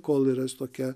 kol yra tokia